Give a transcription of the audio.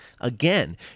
Again